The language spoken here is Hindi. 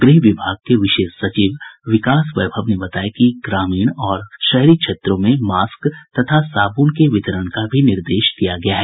गृह विभाग के विशेष सचिव विकास वैभव ने बताया कि ग्रामीण और शहरी क्षेत्रों में मास्क और साबुन के वितरण का भी निर्देश दिया गया है